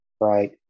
right